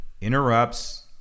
interrupts